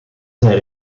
zijn